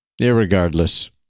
Irregardless